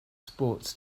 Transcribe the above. sports